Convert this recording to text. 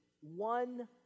one